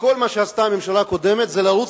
שכל מה שעשתה הממשלה הקודמת זה לרוץ